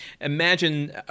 Imagine